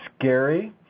scary